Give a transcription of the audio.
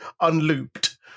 Unlooped